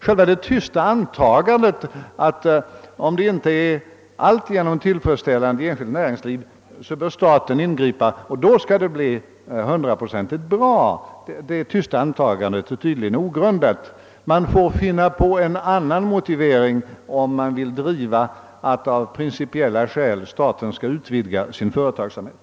Själva det tysta antagandet att staten bör ingripa om förhållandena inte är alltigenom tillfredsställande inom det enskilda näringslivet och att allt då skall bli nära nog hundraprocentigt bra är tydligen ogrundat. Man får hitta på en annan motivering om man av principiella skäl vill att staten skall utvidga sin företagsamhet.